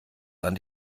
dann